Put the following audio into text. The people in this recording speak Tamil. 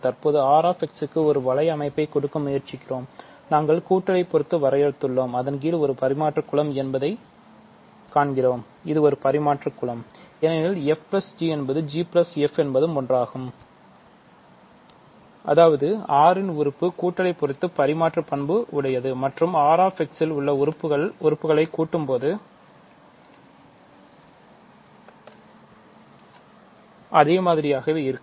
தற்போதுRx க்கு ஒரு வளைய அமைப்பைக் கொடுக்க முயற்சிக்கிறோம் நாங்கள் கூட்டலை பொறுத்து வரையறுத்துள்ளோம் அதன் கீழ் அது ஒரு பரிமாற்று குலம்என்பதைக் காண்கிறோம் இது ஒரு பரிமாற்று குலம் ஏனெனில் fg என்பதும் gf என்பதும் ஒன்றாகும் அதாவது R இன் உறுப்பு கூட்டலை பொறுத்து பரிமாற்று பண்பு உடையது மற்றும் Rx இல் உள்ள உறுப்புகளை கூட்டும்போது அதே மாதிரியாகவே இருக்கும்